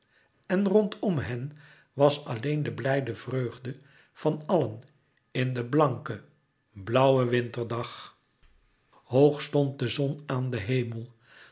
en rondom hen was alleen de blijde vreugde van allen in den blanken blauwen winterdag hoog stond de zon aan den hemel